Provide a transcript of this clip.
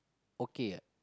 okay ah